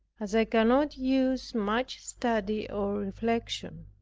as i cannot use much study or reflection.